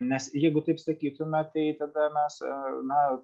nes jeigu taip sakytume tai tada mes na